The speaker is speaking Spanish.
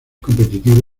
competitivo